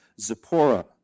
Zipporah